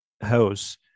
house